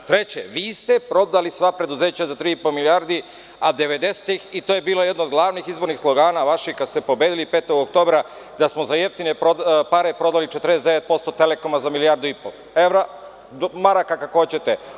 Treće, vi ste prodali sva preduzeća za tri i po milijardi, a devedesetih godina, i to je bilo jedno od glavnih izbornih slogana vaših kada ste pobedili 5. oktobra, da smo za jeftine pare prodali 49% „Telekoma“ za milijardu i po evra, maraka, kako hoćete.